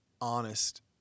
honest